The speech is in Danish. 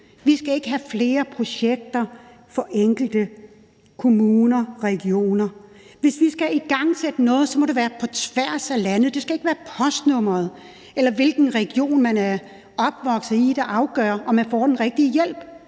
Vi skal ikke have flere projekter for enkelte kommuner og regioner. Hvis vi skal igangsætte noget, må det være på tværs af landet. Det skal ikke være postnummeret, eller hvilken region man er opvokset i, der afgør, om man får den rigtige hjælp.